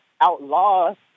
outlaws